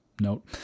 note